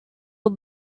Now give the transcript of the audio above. all